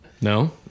No